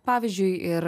pavyzdžiui ir